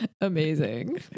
Amazing